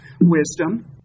wisdom